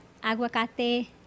Aguacate